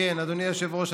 אדוני היושב-ראש,